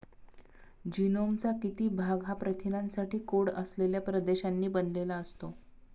जीनोमचा किती भाग हा प्रथिनांसाठी कोड असलेल्या प्रदेशांनी बनलेला असतो?